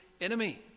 enemy